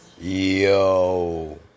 Yo